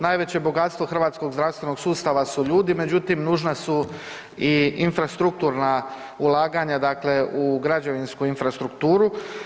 Najveće bogatstvo hrvatskog zdravstvenog sustava su ljudi, međutim nužna su i infrastrukturna ulaganja dakle u građevinsku infrastrukturu.